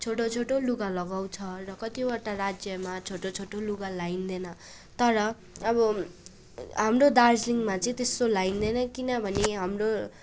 छोटो छोटो लुगा लगाउँछ र कतिवटा राज्यमा छोटो छोटो लुगा लाइँदैन तर अब हाम्रो दार्जिलिङमा चाहिँ त्यस्तो लाइँदैन किनभने हाम्रो